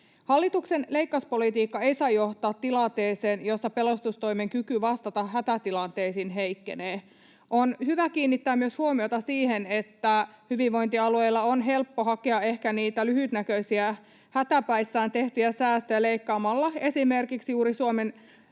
Hallituksen leikkauspolitiikka ei saa johtaa tilanteeseen, jossa pelastustoimen kyky vastata hätätilanteisiin heikkenee. On hyvä myös kiinnittää huomiota siihen, että hyvinvointialueilla on helppo hakea ehkä niitä lyhytnäköisiä, hätäpäissään tehtyjä säästöjä leikkaamalla esimerkiksi juuri Suomen